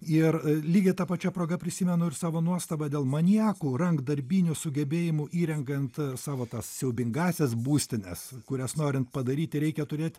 ir lygiai ta pačia proga prisimenu ir savo nuostabą dėl maniakų rankdarbinių sugebėjimų įrengiant savo tas siaubingąsias būstines kurias norint padaryti reikia turėt